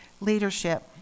Leadership